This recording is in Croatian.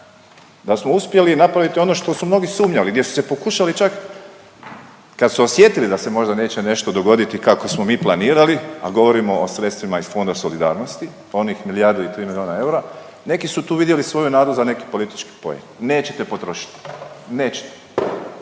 Da smo uspjeli napraviti ono što su mnogi sumnjali, gdje su se pokušali čak, kad su osjetili da se možda neće nešto dogoditi kako smo mi planirali, a govorimo o sredstvima iz Fonda solidarnosti pa onih milijardu i 3 milijuna eura, neki su tu vidjeti svoju nadu za neki politički poen. Nećete potrošiti. Nećete.